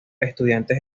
estudiantes